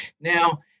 Now